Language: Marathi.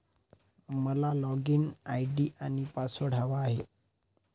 मला लॉगइन आय.डी आणि पासवर्ड हवा आहे